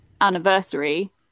anniversary